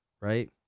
right